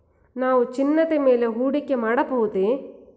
ನಾವು ಚಿನ್ನದ ಮೇಲೆ ಹೂಡಿಕೆ ಮಾಡಬಹುದೇ?